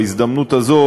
בהזדמנות הזאת,